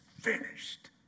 finished